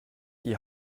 die